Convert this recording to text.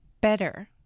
better